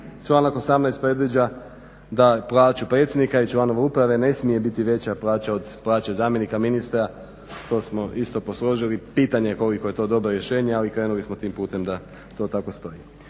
članak 18 predviđa da plaću predsjednika i članova uprava ne smije biti veća plaća od plaće zamjenika ministra, to smo isto posložili, pitanje je koliko je to dobro rješenje ali krenuli smo tim putem da to tako stoji.